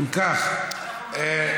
אם כך,